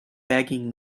begging